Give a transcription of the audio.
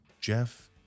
Jeff